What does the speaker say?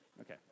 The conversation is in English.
Okay